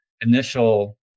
initial